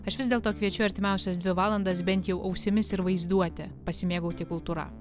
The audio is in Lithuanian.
aš vis dėlto kviečiu artimiausias dvi valandas bent jau ausimis ir vaizduote pasimėgauti kultūra